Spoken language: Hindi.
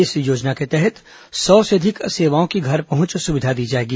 इस योजना के तहत सौ से अधिक सेवाओं की घर पहुंच सुविधा दी जाएगी